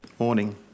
morning